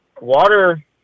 water